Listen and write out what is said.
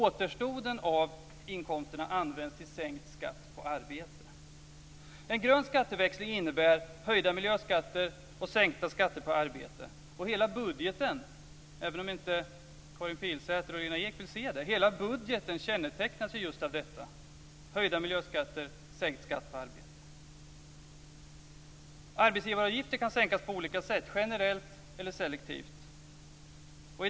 Återstoden av inkomsterna används till sänkt skatt på arbete. Hela budgeten kännetecknas av just höjda miljöskatter och sänkt skatt på arbete, även om inte Karin Pilsäter och Lena Ek vill se det. Arbetsgivaravgifter kan sänkas på olika sätt, generellt eller selektivt.